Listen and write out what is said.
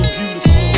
beautiful